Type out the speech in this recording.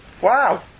Wow